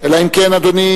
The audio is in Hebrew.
אלא אם כן אדוני,